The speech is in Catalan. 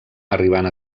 arribant